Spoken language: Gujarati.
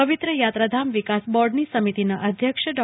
પવિત્ર યાત્રાધામ વિકાસ બોર્ડની સમિતિના અધ્યક્ષ ડો